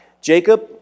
Jacob